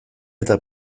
eta